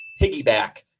piggyback